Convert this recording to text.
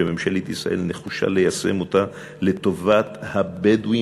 וממשלת ישראל נחושה ליישם אותה לטובת הבדואים,